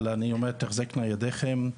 אבל אני תחזקנה ידיכם,